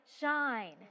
shine